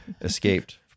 escaped